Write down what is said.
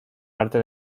arte